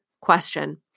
question